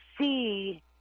see